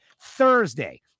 Thursday